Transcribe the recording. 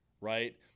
right